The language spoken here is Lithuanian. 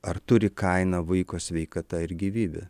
ar turi kainą vaiko sveikata ir gyvybė